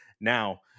Now